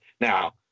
Now